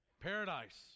paradise